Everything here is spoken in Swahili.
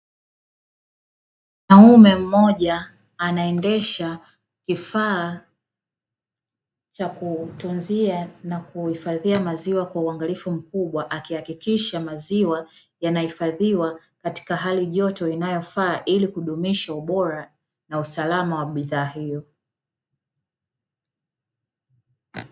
Mwanamme mmoja anaendesha kifaa cha kutunzia na kuhifadhia maziwa kwa uangalifu mkubwa, Akihakikisha maziwa yanahifadhiwa katika hali ya joto inayofaa, ili kudumisha ubora na usalama wa bidhaa hiyo.